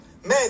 Man